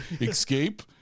Escape